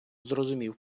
зрозумів